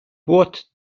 what